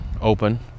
open